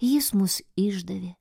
jis mus išdavė